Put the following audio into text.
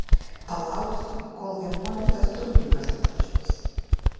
palauksim kol vienuoliktas trūlikas atvažiuos